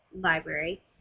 library